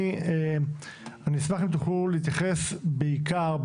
אני אשמח אם תוכלו להתייחס בעיקר,